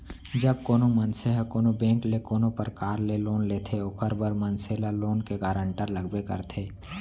जब कोनो मनसे ह कोनो बेंक ले कोनो परकार ले लोन लेथे ओखर बर मनसे ल लोन के गारेंटर लगबे करथे